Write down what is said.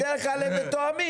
בדרך כלל הם מתואמים.